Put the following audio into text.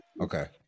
Okay